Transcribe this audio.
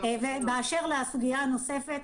באשר לסוגיה הנוספת,